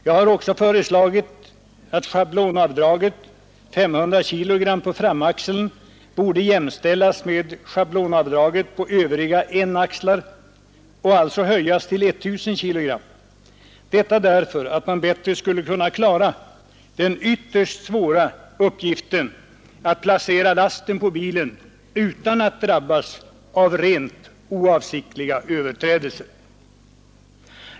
Jag har också föreslagit att schablonavdraget 500 kg på framaxeln borde jämställas med schablonavdraget på övriga enaxlar och alltså höjas till 1 000 kg, detta därför att man bättre skulle kunna klara den ytterst svåra uppgiften att placera lasten på bilen utan att drabbas av rent oavsiktliga överträdelser.